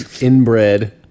Inbred